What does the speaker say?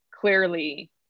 clearly